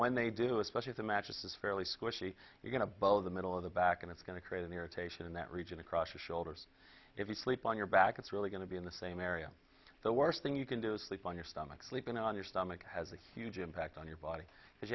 when they do especially if a mattress is fairly squishy you're going to blow the middle of the back and it's going to create an irritation in that region across the shoulders if you sleep on your back it's really going to be in the same area the worst thing you can do is sleep on your stomach sleeping on your stomach has a huge impact on your body